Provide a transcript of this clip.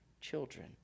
children